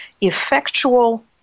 effectual